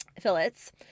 fillets